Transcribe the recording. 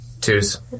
twos